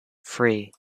three